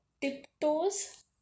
tiptoes